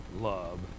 love